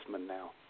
now